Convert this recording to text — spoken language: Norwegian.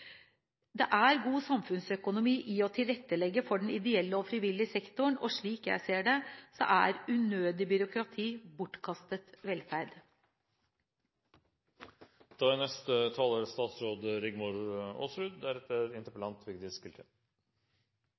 Det er god samfunnsøkonomi å tilrettelegge for den ideelle og frivillige sektoren, og slik jeg ser det, er unødig byråkrati bortkastet